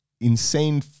insane